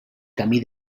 camí